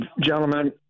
Gentlemen